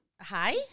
Hi